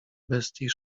bestii